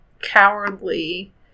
cowardly